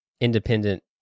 independent